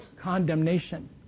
condemnation